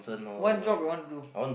one job you wanna do